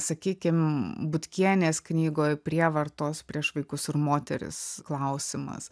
sakykim butkienės knygoj prievartos prieš vaikus ir moteris klausimas